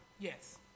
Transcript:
Yes